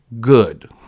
good